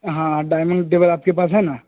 ہاں dining table آپ کے پاس ہے نا